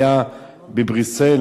היה בבריסל,